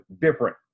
different